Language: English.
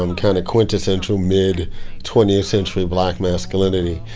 um kind of quintessential mid twentieth century black masculinity.